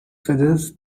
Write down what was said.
suggest